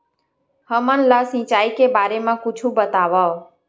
हमन ला सिंचाई के बारे मा कुछु बतावव?